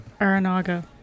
Aranaga